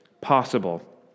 possible